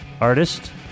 artist